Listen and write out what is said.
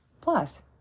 Plus